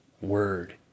word